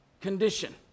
condition